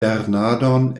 lernadon